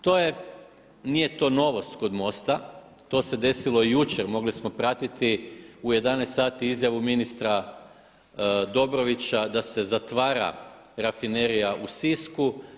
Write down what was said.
To je, nije to novost kod MOST-a, to se desilo i jučer mogli smo pratiti u 11 sati izjavu ministra Dobrovića da se zatvara rafinerija u Sisku.